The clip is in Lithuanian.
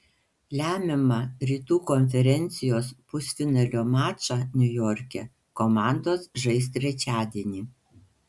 lemiamą rytų konferencijos pusfinalio mačą niujorke komandos žais trečiadienį